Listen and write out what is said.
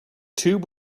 tube